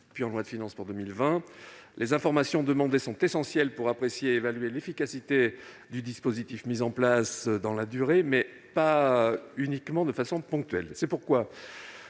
de loi de finances pour 2020. Les informations souhaitées sont essentielles pour apprécier et évaluer l'efficacité du dispositif mis en place dans la durée, et pas uniquement de façon ponctuelle. C'est pourquoi,